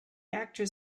actors